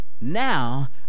now